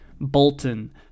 Bolton